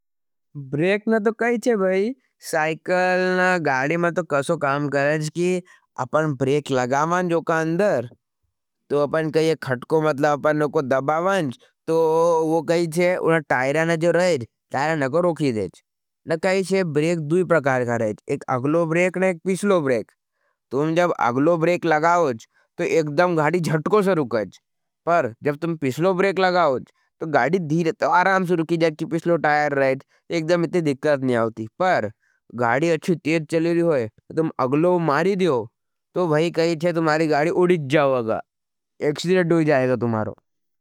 ब्रेक ने तो कही चे भाई साइकल ना गाड़ी में तो कसों काम करेज की आपन ब्रेक लगावाँ जो का अंदर। तो अपन कही एक खटको मतला अपन नो को दबावाँज। तो वो कही चे उनना टायरा ने जो रहेज टायर नको रोखी देज नकही चे ब्रेक दू प्रकार का रहेज। एक अगलो ब्रेक ने एक पिछलो ब्रेक तुम जब अगलो ब्रेक लगाओच। तो एकदम गाड़ी जटको से रुकेज पर जब तुम पिछलो ब्रेक लगाओच तो गाड़ी धीरे तो आराम से रुकी जाएज की पर गाड़ी अच्छी तेट चलूरी होई तुम अगलो मारी दियो। तो भाई कही चे तुमारी गाड़ी उडिज जावगा एकस्ट्रेट दू जाएगा तुमारो।